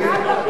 בהקדשה שם,